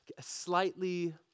slightly